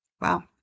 Wow